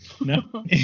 No